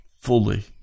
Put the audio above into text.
fully